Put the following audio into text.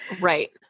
Right